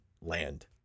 land